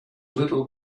little